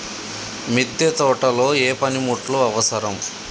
మిద్దె తోటలో ఏ పనిముట్లు అవసరం?